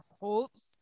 hopes